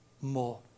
more